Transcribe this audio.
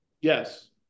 Yes